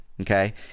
Okay